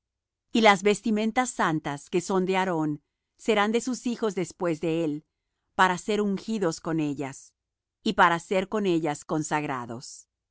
y las vestimentas santas que son de aarón serán de sus hijos después de él para ser ungidos con ellas y para ser con ellas consagrados